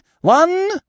One